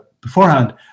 beforehand